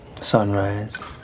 sunrise